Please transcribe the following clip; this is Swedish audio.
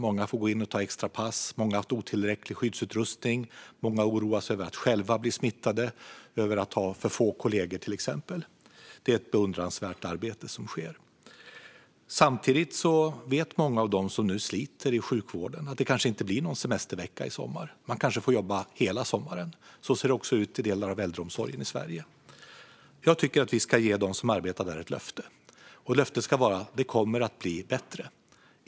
Många får gå in och ta extra pass, många har haft otillräcklig skyddsutrustning och många oroar sig för att själva bli smittade och över att ha för få kollegor, till exempel. Det är ett beundransvärt arbete som sker. Samtidigt vet många av dem som nu sliter i sjukvården att det kanske inte blir någon semestervecka i sommar. De kanske får jobba hela sommaren. Så ser det också ut i delar av äldreomsorgen i Sverige. Jag tycker att vi ska ge dem som arbetar där ett löfte, och löftet ska vara: Det kommer att bli bättre.